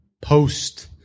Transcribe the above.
post